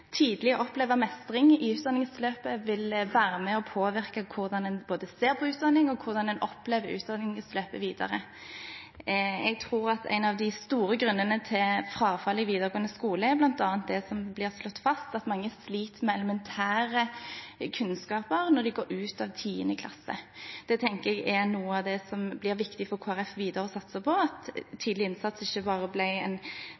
tidlig mestring i utdanningsløpet vil være med og påvirke hvordan en ser på utdanning, og hvordan en opplever utdanningsløpet videre. Jeg tror at en av de viktige grunnene til frafallet i videregående skole bl.a. er – som det blir slått fast – at mange sliter med elementære kunnskaper når de går ut av 10. klasse. Det tenker jeg er noe av det som blir viktig for Kristelig Folkeparti å satse på videre, slik at tidlig innsats ikke bare blir en